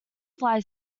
fly